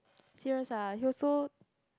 serious ah he also